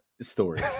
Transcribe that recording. story